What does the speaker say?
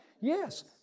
Yes